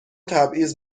تبعیض